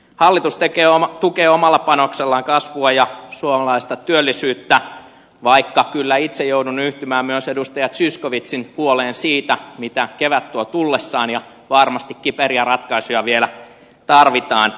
hallitus tukee omalla panoksellaan kasvua ja suomalaista työllisyyttä vaikka kyllä itse joudun yhtymään myös edustaja zyskowiczin huoleen siitä mitä kevät tuo tullessaan ja varmasti kiperiä ratkaisuja vielä tarvitaan